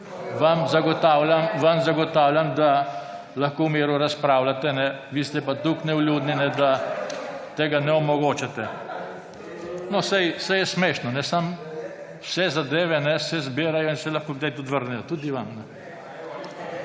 vam zagotavljam, da lahko v miru razpravljate, vi ste pa toliko nevljudni, da tega ne omogočate. No, saj je smešno, samo vse zadeve se zbirajo in se lahko kdaj vrnejo tudi vam.